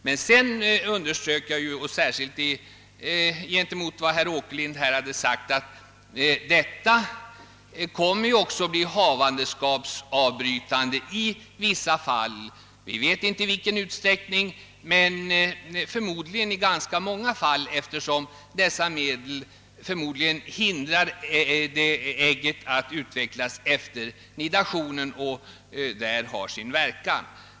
Men sedan underströk jag — särskilt med tanke på vad herr Åkerlind hade sagt — att dessa medel också kommer att bli havandeskapsavbrytande i vissa fall — wi vet inte i vilken utsträckning, men förmodligen i ganska många fall, eftersom medlen förmodligen hindrar ägget att utvecklas efter nidationen.